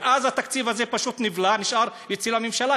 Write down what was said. ואז התקציב הזה פשוט נבלע ונשאר אצל הממשלה.